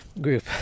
group